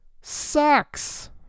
sucks